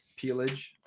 peelage